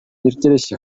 ирттереҫҫӗ